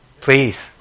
Please